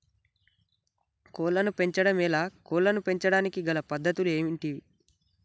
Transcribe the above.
కోళ్లను పెంచడం ఎలా, కోళ్లను పెంచడానికి గల పద్ధతులు ఏంటివి?